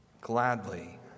gladly